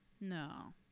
No